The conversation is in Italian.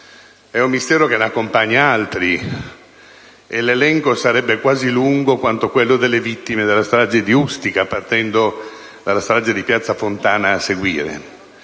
È un mistero che ne accompagna altri e l'elenco sarebbe lungo quasi quanto quello delle vittime della strage di Ustica, partendo dalla strage di piazza Fontana e a seguire.